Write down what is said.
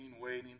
waiting